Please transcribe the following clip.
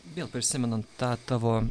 vėl prisimenant tą tavo